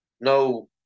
No